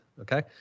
Okay